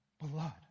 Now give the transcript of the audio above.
blood